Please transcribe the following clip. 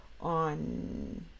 on